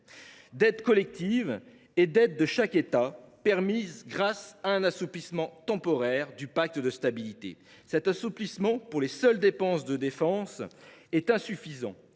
dette collective et dette de chaque État, permise grâce à un assouplissement temporaire du pacte de stabilité. Cet assouplissement pour les seules dépenses de défense est insuffisant.